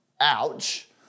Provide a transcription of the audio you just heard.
Ouch